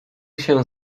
się